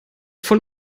voll